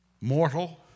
mortal